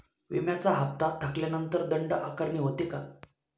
विम्याचा हफ्ता थकल्यानंतर दंड आकारणी होते का?